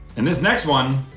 and this next one,